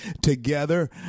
together